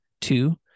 Two